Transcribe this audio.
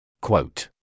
Quote